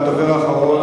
והדובר האחרון,